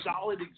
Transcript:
solid